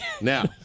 now